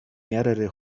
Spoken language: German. mehrere